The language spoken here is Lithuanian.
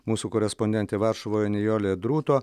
mūsų korespondentė varšuvoje nijolė drūto